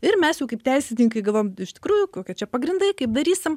ir mes jau kaip teisininkai galvojam iš tikrųjų kokie čia pagrindai kaip darysim